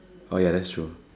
oh ya that's true